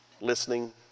listening